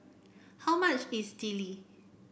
how much is Idili